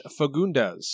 Fagundes